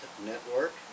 Network